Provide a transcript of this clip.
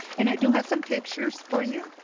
and i do have some pictures for you.